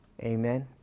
Amen